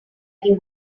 can